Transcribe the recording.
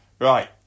Right